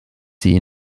sie